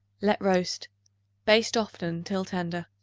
let roast baste often until tender.